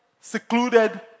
secluded